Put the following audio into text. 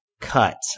cut